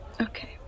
okay